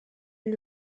lui